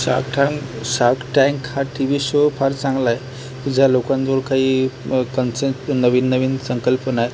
shark tank shark tank हा T V show फार चांगला आहे ज्या लोकांजवळ काही कन्सेस् नवीन नवीन संकल्पना आहेत